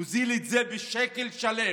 הוא הוזיל את זה בשקל שלם,